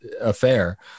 affair